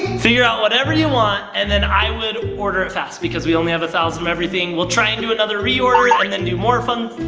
figure out whatever you want, and then i would order it fast, because we only have a thousand of everything. we'll try and do it another reorder and then do more fun